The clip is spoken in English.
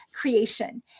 creation